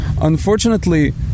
Unfortunately